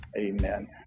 Amen